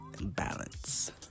balance